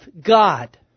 God